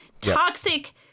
toxic